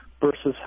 versus